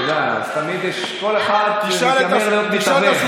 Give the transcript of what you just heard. אתה יודע, כל אחד מתיימר להיות מתווך.